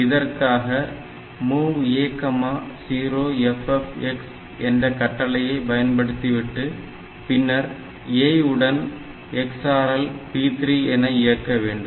இதற்காக MOV A 0FFX என்ற கட்டளையை பயன்படுத்திவிட்டு பின்னர் A உடன் XRL P3 என இயக்க வேண்டும்